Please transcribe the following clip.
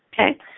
okay